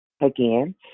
Again